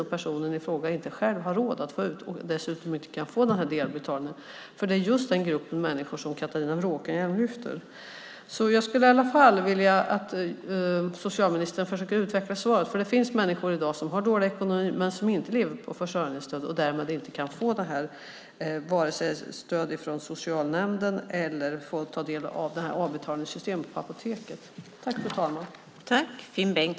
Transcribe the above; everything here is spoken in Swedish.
Det är just den gruppen människor som inte har råd att hämta ut sin medicin och dessutom inte får dela upp betalningen som Catharina Bråkenhielm lyfter fram. Jag skulle vilja att socialministern försöker att utveckla svaret, för det finns människor i dag som har dålig ekonomi men som inte lever på försörjningsstöd och därmed inte kan vare sig få stöd från socialnämnden eller få ta del av avbetalningssystemet på apoteket.